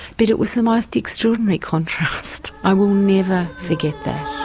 but it was the most extraordinary contrast. i will never forget that.